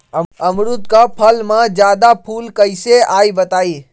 अमरुद क फल म जादा फूल कईसे आई बताई?